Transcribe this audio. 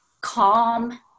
calm